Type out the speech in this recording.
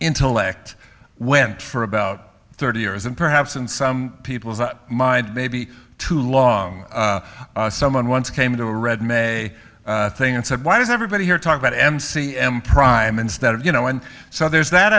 intellect went for about thirty years and perhaps in some people's mind maybe too long someone once came to read may thing and said why does everybody here talk about m c m prime instead of you know and so there's that